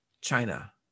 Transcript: china